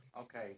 Okay